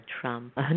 Trump